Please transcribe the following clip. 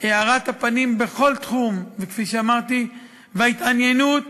הארת הפנים בכל תחום, כפי שאמרתי, וההתעניינות